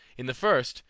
in the first,